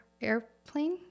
airplane